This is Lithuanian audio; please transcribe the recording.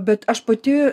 bet aš pati